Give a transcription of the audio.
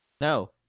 No